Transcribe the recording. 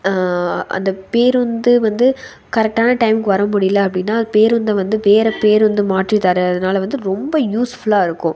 அந்த பேருந்து வந்து கரெக்டான டைமுக்கு வர முடியல அப்படினா பேருந்தை வந்து வேறு பேருந்து மாற்றி தர்றதுனால் வந்து ரொம்ப யூஸ்ஃபுல்லாக இருக்கும்